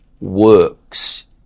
works